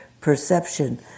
perception